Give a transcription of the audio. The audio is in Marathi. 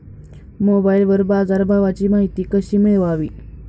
मोबाइलवर बाजारभावाची माहिती कशी मिळवावी?